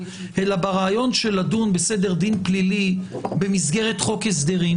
ברעיון של לדון בסדר דין פלילי במסגרת חוק הסדרים